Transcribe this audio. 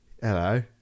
Hello